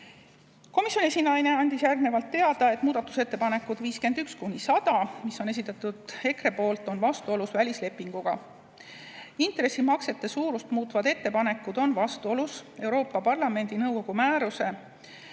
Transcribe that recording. Komisjoni esinaine andis järgnevalt teada, et muudatusettepanekud nr 51–100, mis on esitatud EKRE poolt, on vastuolus välislepinguga. Intressimaksete suurust muutvad ettepanekud on vastuolus Euroopa Parlamendi ja nõukogu määrusega